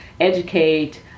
educate